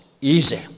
easy